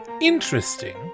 Interesting